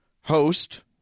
Host